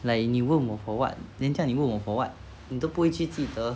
like 你问我 for what then 你这样问我 for what 你都不会去记得